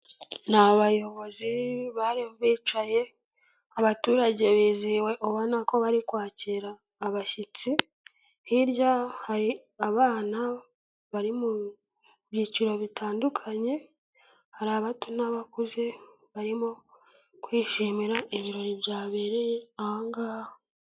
Ni abayobozi bari bicaye abaturage bizihiwe ubona ko bari kwakira abashyitsi hirya hari abana bari mu byiciro bitandukanye hari abato n'abakuze barimo kwishimira ibirori byabereye ahangaha.